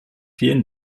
vielen